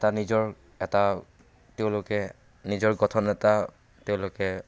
এটা নিজৰ এটা তেওঁলোকে নিজৰ গঠন এটা তেওঁলোকে